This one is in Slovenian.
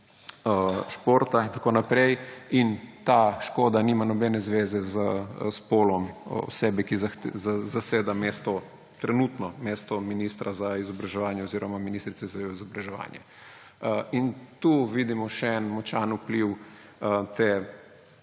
športa in tako naprej in ta škoda nima nobene zveze s spolom osebe, ki zaseda mesto, trenutno mesto ministra za izobraževanje oziroma ministrice za izobraževanje. Tu vidimo še en močan vpliv te